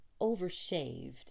overshaved